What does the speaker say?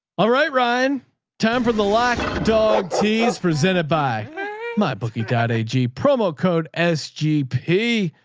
all right. ryan time for the lock dog tease presented by my bookie. got a g promo code as g p.